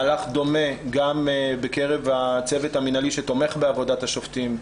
מהלך דומה ייעשה גם בקרב הצוות המנהלי שתומך בעבודת השופטים,